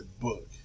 book